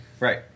Right